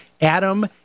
Adam